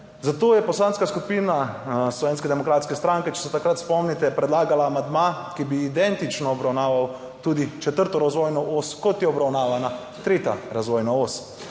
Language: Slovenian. Zato je Poslanska skupina Slovenske demokratske stranke, če se takrat spomnite, predlagala amandma, ki bi identično obravnaval tudi četrto razvojno os, kot je obravnavana tretja razvojna os.